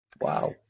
Wow